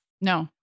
No